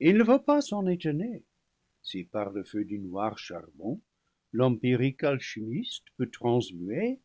il ne faut pas s'en étonner si par le feu du noir charbon l'empirique alchimiste peut transmuer